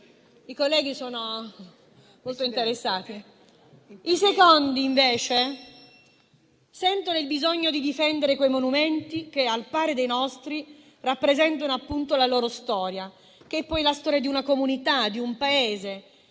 I colleghi sono molto interessati. I secondi, invece, sentono il bisogno di difendere quei monumenti che, al pari dei nostri, rappresentano appunto la loro storia, che è poi la storia di una comunità e di un Paese.